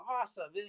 awesome